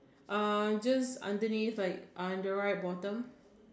uh just underneath like on the right bottom